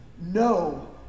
No